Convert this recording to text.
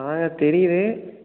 அதாங்க தெரியிது